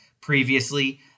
previously